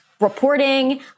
reporting